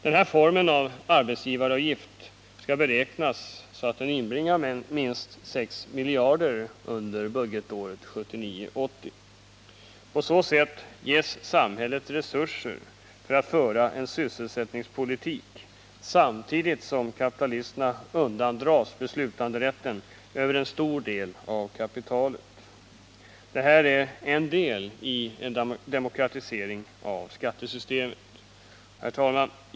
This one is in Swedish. Denna arbetsgivaravgift skall beräknas så att den inbringar minst 6 miljarder under budgetåret 1979/80. På så sätt ges samhället resurser att föra en sysselsättningspolitik samtidigt som kapitalisterna undandras beslutanderätten över en stor del av kapitalet. Detta är en del i en demokratrisering av skattesystemet. Herr talman!